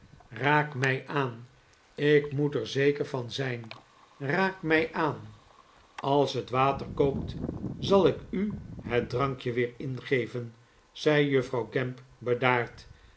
raak mij aan ik moet er zeker van zijn raak mij aan als het water kookt zal ik u het drank je weer ingeven zei juffrouw gamp bedaard